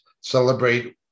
celebrate